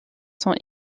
sont